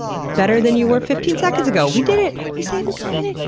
better than you were fifteen seconds ago. we did it! we saved the planet!